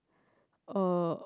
uh